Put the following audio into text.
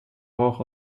rauch